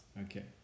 Okay